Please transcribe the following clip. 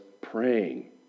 praying